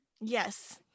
Yes